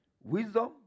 wisdom